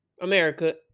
America